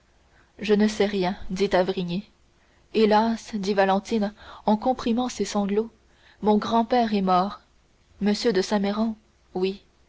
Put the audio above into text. je ne sais rien dit d'avrigny hélas dit valentine en comprimant ses sanglots mon grand-père est mort m de saint méran oui